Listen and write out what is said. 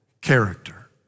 character